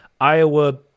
Iowa